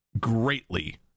greatly